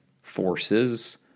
forces